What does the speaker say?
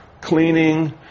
Cleaning